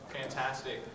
fantastic